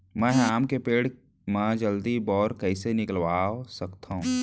मैं ह आम के पेड़ मा जलदी बौर कइसे निकलवा सकथो?